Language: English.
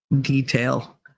detail